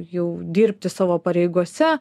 jau dirbti savo pareigose